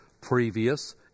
previous